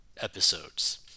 episodes